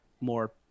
more